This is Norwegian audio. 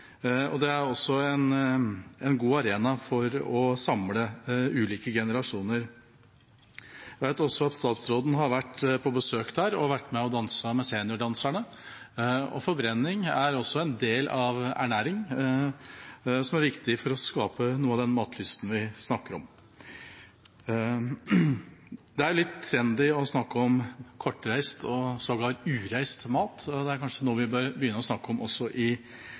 maten. Det er også en god arena for å samle ulike generasjoner. Jeg vet også at statsråden har vært på besøk der og danset med seniordanserne. Forbrenning er også en del av ernæringen, og viktig for å skape noe av den matlysten vi snakker om. Det er litt trendy å snakke om kortreist og sågar ureist mat, og det er kanskje noe vi bør begynne å snakke om også i